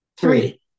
three